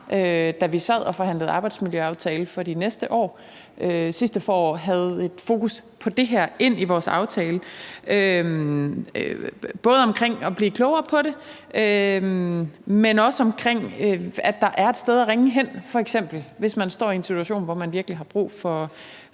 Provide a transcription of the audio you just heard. sad og forhandlede arbejdsmiljøaftale for de næste år sidste forår, havde et fokus på det her med ind i vores aftale, både i forhold til at blive klogere på det, men også i forhold til at der f.eks. er et sted at ringe hen, hvis man står i en situation, hvor man virkelig har